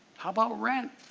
how about rent?